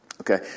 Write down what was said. Okay